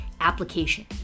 application